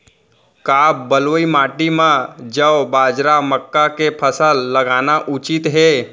का बलुई माटी म जौ, बाजरा, मक्का के फसल लगाना उचित हे?